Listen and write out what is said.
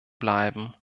bleiben